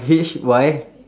H Y